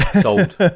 sold